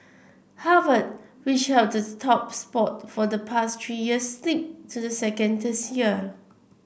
Harvard which holds the top spot for the past three years slipped to second this year